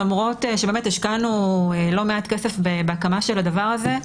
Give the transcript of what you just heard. למרות שהשקענו לא מעט כסף בהקמה של הדבר הזה,